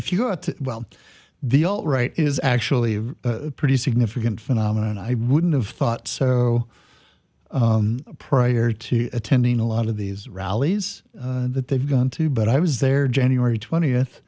if you're well the all right is actually a pretty significant phenomenon i wouldn't have thought so prior to attending a lot of these rallies that they've gone to but i was there january twentieth